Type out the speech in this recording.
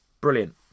brilliant